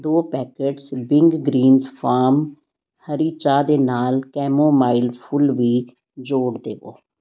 ਦੋ packets Wingreens farm ਹਰੀ ਚਾਹ ਦੇ ਨਾਲ ਕੈਮੋਮਾਈਲ ਫੁੱਲ ਵੀ ਜੋੜ ਦੇਵੋ